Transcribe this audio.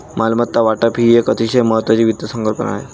मालमत्ता वाटप ही एक अतिशय महत्वाची वित्त संकल्पना आहे